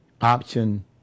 Option